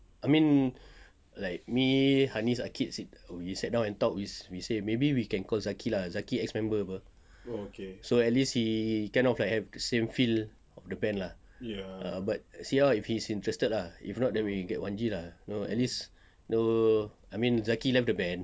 I mean like me hanis akid sit we sat down and talk we we say maybe we can call zaki lah zaki ex-member [pe] so at least he kind of have the same feel of the band lah ah but see how ah if he is interested ah if not then we get wan G lah you know at least so I mean zaki left the band